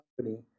company